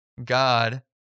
God